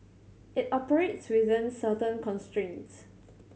it operates within certain constraints